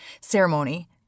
ceremony